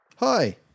Hi